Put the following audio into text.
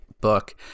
book